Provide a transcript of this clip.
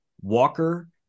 Walker